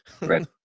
Right